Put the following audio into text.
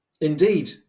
Indeed